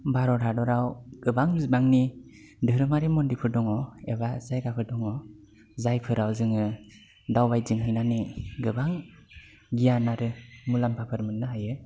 भारत हादरआव गोबां बिबांनि धोरोमारि मन्दिरफोर दङ एबा जायगाफोर दङ जायफोराव जोङो दावबायथिं हैनानै गोबां गियान आरो मुलामफाफोर मोननो हायो